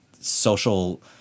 social